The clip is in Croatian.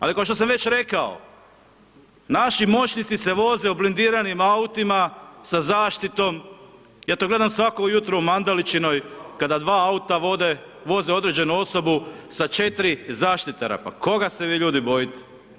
Ali kao što sam već rekao, naši moćnici se voze u blindiranim autima sa zaštitom, ja to gledam svako jutro u Mandaličinoj kada dva auta voze određenu osobu sa 4 zaštitara, pa koga se vi ljudi bojite?